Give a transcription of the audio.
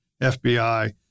FBI